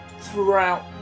throughout